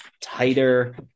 tighter